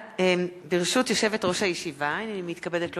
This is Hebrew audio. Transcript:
ברשות יושבת-ראש הישיבה, הנני מתכבדת להודיעכם,